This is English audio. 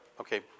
Okay